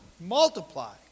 multiply